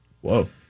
Whoa